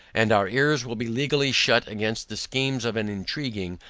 and our ears will be legally shut against the schemes of an intriguing,